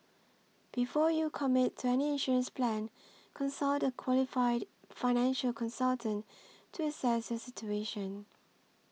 before you commit to any insurance plan consult a qualified financial consultant to assess your situation